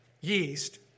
yeast